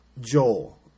Joel